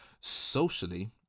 socially